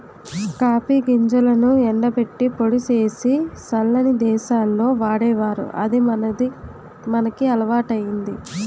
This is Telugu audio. కాపీ గింజలను ఎండబెట్టి పొడి సేసి సల్లని దేశాల్లో వాడేవారు అది మనకి అలవాటయ్యింది